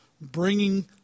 bringing